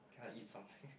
can I eat something